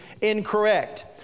incorrect